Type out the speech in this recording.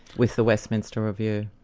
with the westminster review.